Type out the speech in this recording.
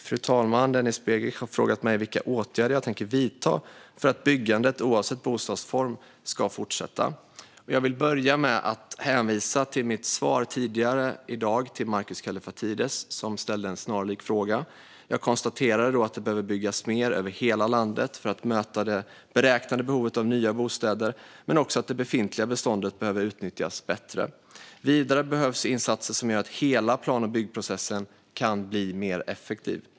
Fru talman! Denis Begic har frågat mig vilka åtgärder jag tänker vidta för att byggandet, oavsett bostadsform, ska fortsätta. Jag vill börja med att hänvisa till mitt svar tidigare i dag till Markus Kallifatides, som ställde en snarlik fråga. Jag konstaterade då att det behöver byggas mer över hela landet för att möta det beräknade behovet av nya bostäder, men också att det befintliga beståndet behöver utnyttjas bättre. Vidare behövs insatser som gör att hela plan och byggprocessen kan bli mer effektiv.